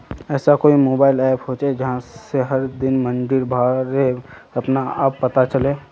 ऐसा कोई mobile app होचे जहा से हर दिन मंडीर बारे अपने आप पता चले?